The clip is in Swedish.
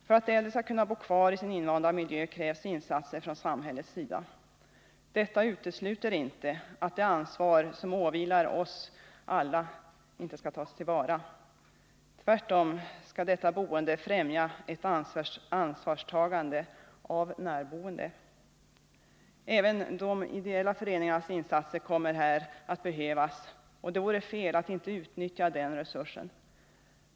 För att äldre skall kunna bo kvar i sin invanda miljö krävs insatser från samhällets sida. Detta innebär inte att det ansvar som åvilar oss alla inte tas till vara. Tvärtom skall detta boende främja ett ansvarstagande för närboende. Även de ideella föreningarnas insatser kommer här att behövas, och det vore fel att inte utnyttja den resursen.